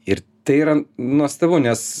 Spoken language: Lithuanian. ir tai yra nuostabu nes